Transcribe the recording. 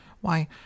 Why